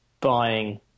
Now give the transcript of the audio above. buying